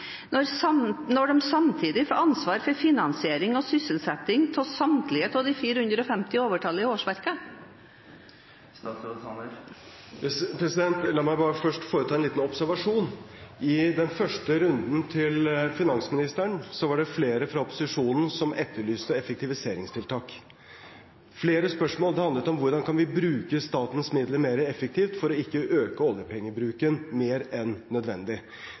når den samtidig får ansvar for finansiering og sysselsetting av samtlige av de 450 overtallige årsverkene? La meg bare først foreta en liten observasjon. I den første runden til finansministeren var det flere fra opposisjonen som etterlyste effektiviseringstiltak. Flere spørsmål handlet om hvordan vi kan bruke statens midler mer effektivt for ikke å øke oljepengebruken mer enn nødvendig.